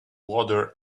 water